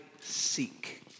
seek